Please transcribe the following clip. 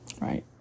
right